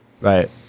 right